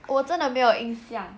我真的没有印象